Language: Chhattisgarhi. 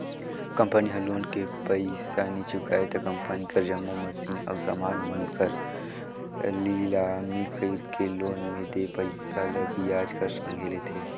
कंपनी ह लोन के पइसा नी चुकाय त कंपनी कर जम्मो मसीन अउ समान मन कर लिलामी कइरके लोन में देय पइसा ल बियाज कर संघे लेथे